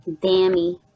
Dammy